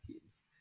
teams